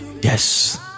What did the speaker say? Yes